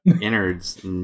innards